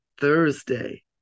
Thursday